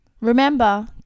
Remember